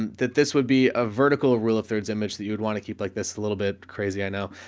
that this would be a vertical rule of thirds image that you'd want to keep like this a little bit crazy. i know,